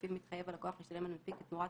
שלפיו מתחייב הלקוח לשלם למנפיק את תמורת